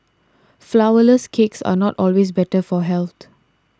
Flourless Cakes are not always better for health